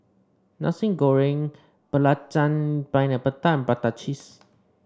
Nasi Goreng Belacan Pineapple Tart Prata Cheese